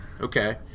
Okay